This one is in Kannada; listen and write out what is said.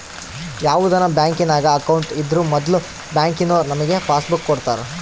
ಯಾವುದನ ಬ್ಯಾಂಕಿನಾಗ ಅಕೌಂಟ್ ಇದ್ರೂ ಮೊದ್ಲು ಬ್ಯಾಂಕಿನೋರು ನಮಿಗೆ ಪಾಸ್ಬುಕ್ ಕೊಡ್ತಾರ